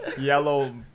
yellow